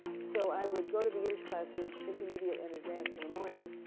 so, i would go to the yiddish classes, intermediate and advanced in the morning.